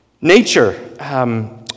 nature